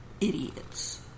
idiots